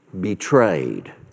betrayed